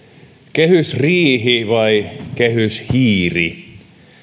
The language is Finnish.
kehysriihi vai kehyshiiri